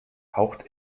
haucht